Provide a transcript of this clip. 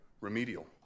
remedial